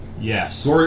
yes